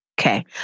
Okay